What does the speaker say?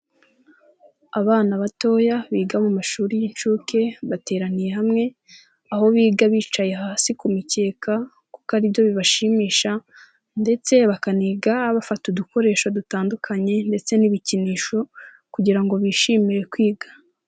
Abana batoya biga mu mashuri y'inshuke bateraniye hamwe, aho biga bicaye hasi ku mikeka kuko ari byo bibashimisha, ndetse bakaniga bafata udukoresho dutandukanye ndetse n'ibikinisho kugira ngo bishimire kwiga.